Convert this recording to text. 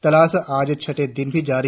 तलाश आज छठे दिन भी जारी